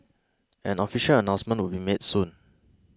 an official announcement would be made soon